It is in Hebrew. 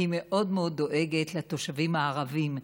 היא מאוד מאוד דואגת לתושבים הערבים,